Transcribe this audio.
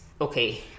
okay